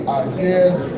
ideas